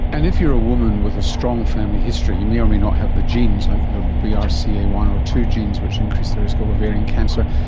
and if you are a woman with a strong family history, you may or may not have the genes like the b r c a one or two genes which increase the risk of ovarian cancer,